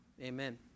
amen